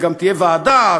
וגם תהיה ועדה,